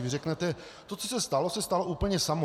Vy řeknete to, co se stalo, se stalo úplně samo.